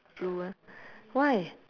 fluent why